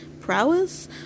prowess